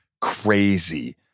crazy